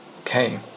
Okay